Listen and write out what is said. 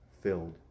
filled